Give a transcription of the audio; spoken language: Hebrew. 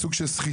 בסוג של סחיטה.